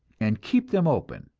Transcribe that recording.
and keep them open,